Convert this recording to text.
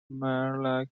mere